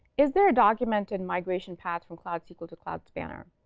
is there a documented migration path from cloud sql to cloud spanner?